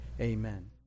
amen